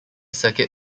circuit